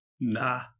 Nah